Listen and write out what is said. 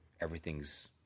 everything's